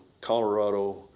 Colorado